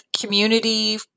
community